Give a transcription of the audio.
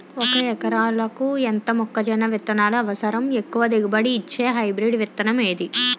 ఒక ఎకరాలకు ఎంత మొక్కజొన్న విత్తనాలు అవసరం? ఎక్కువ దిగుబడి ఇచ్చే హైబ్రిడ్ విత్తనం ఏది?